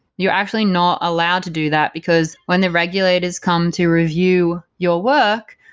you're actually not allowed to do that, because when the regulator's come to review your work,